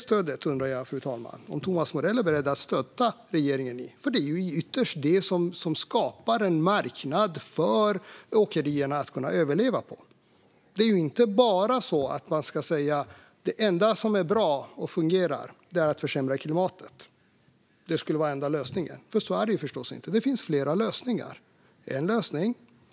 Jag undrar om Thomas Morell är beredd att stötta regeringen när det gäller det stödet. Det är ytterst det som skapar en marknad för åkerierna att överleva på. Man kan inte bara säga att det enda som är bra och fungerar är att försämra för klimatet, att det skulle vara den enda lösningen. Så är det förstås inte. Det finns flera lösningar.